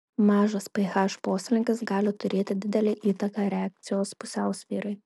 mažas ph poslinkis gali turėti didelę įtaką reakcijos pusiausvyrai